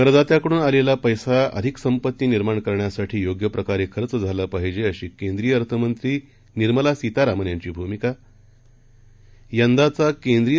करदात्याकडून आलेला पैसा अधिक निर्माण करण्यासाठी योग्यप्रकारे खर्च झाला अशीकेंद्रीयअर्थमंत्रीनिर्मलासितारामनयांची भूमिका यंदाचाकेंद्रीय